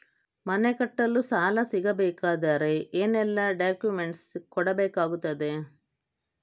ಮನೆ ಕಟ್ಟಲು ಸಾಲ ಸಿಗಬೇಕಾದರೆ ಏನೆಲ್ಲಾ ಡಾಕ್ಯುಮೆಂಟ್ಸ್ ಕೊಡಬೇಕಾಗುತ್ತದೆ?